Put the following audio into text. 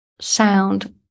sound